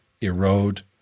erode